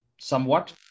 somewhat